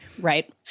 Right